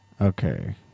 Okay